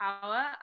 power